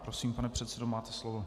Prosím, pane předsedo, máte slovo.